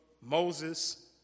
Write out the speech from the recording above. Moses